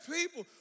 people